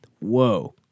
Whoa